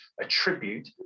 attribute